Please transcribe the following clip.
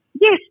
yes